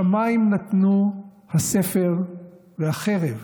/ שמיים נתנו הספר והחרב.